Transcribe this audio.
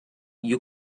you